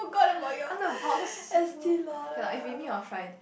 I want to box you okay lah if we meet on fri~